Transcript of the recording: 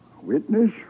Witness